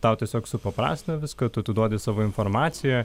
tau tiesiog supaprastino viską tu atiduodi savo informaciją